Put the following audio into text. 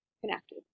connected